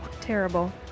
Terrible